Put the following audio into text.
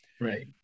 Right